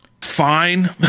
Fine